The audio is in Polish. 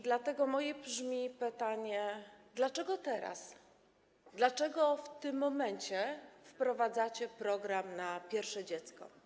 Dlatego moje pytanie brzmi: Dlaczego teraz, dlaczego w tym momencie wprowadzacie program na pierwsze dziecko?